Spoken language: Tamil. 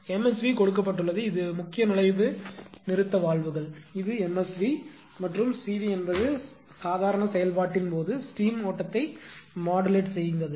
MSV கொடுக்கப்பட்டுள்ளது இது முக்கிய நுழைவு நிறுத்த வால்வுகள் இது MSV மற்றும் CV என்பது சாதாரண செயல்பாட்டின் போது ஸ்டீம் ஓட்டத்தை மாடுலேட் செய்வது